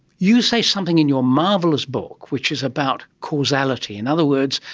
you say something in your marvellous book which is about causality. in other words,